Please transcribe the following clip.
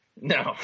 no